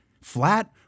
flat